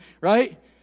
right